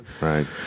Right